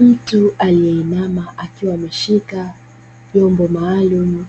Mtu aliyeinama, akiwa ameshika vyombo maalumu